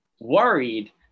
worried